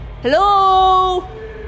Hello